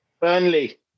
Burnley